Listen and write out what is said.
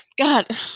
God